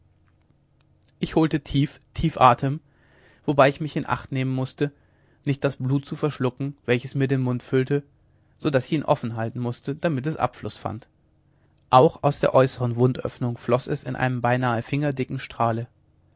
ich holte tief tief atem wobei ich mich in acht nehmen mußte nicht das blut zu verschlucken welches mir den mund füllte so daß ich ihn offen halten mußte damit es abfluß fand auch aus der äußeren wundöffnung floß es in einem beinahe fingerdicken strahle